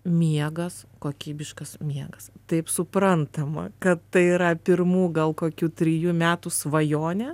miegas kokybiškas miegas taip suprantama kad tai yra pirmų gal kokių trijų metų svajonė